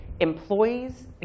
employees